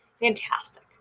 Fantastic